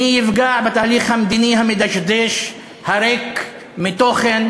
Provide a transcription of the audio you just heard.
מי יפגע בתהליך המדיני המדשדש, הריק מתוכן,